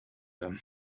them